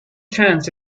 chance